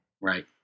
Right